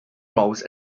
roles